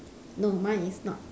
no my is not